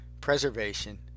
preservation